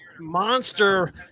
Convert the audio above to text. monster